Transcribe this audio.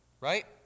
right